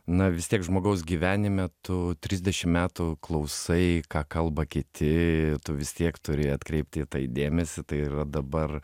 na vis tiek žmogaus gyvenime tu trisdešim metų klausai ką kalba kiti tu vis tiek turi atkreipti į tai dėmesį tai yra dabar